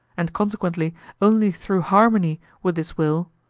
and consequently only through harmony with this will,